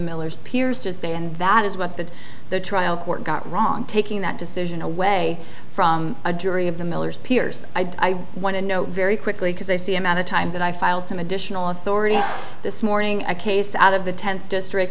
miller's peers to say and that is what the the trial court got wrong taking that decision away from a jury of the miller's peers i want to know very quickly because they see amount of time that i filed some additional authority this morning a case out of the tenth district